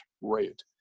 rate